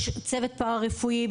יש צוות פרא-רפואי,